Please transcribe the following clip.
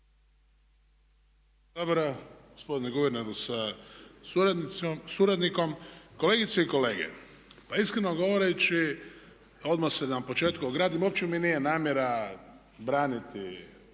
sabora, gospodine guverneru sa suradnikom. Kolegice i kolege, pa iskreno govoreći odmah da se na početku ogradim uopće mi nije namjera braniti